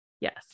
Yes